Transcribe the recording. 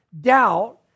doubt